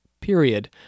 period